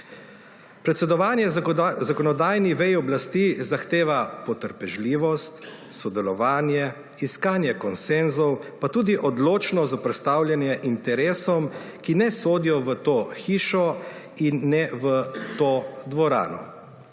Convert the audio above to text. Predsedovanje zakonodajni veji oblasti zahteva potrpežljivost, sodelovanje, iskanje konsenzov pa tudi odločno zoperstavljanje interesom, ki ne sodijo v to hišo in ne v to dvorano.